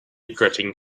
regretting